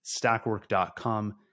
stackwork.com